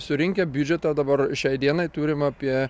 surinkę biudžetą dabar šiai dienai turim apie